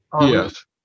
Yes